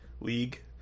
league